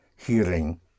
Hearing